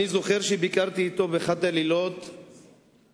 אני זוכר שביקרתי אתו באחד הלילות בצידון,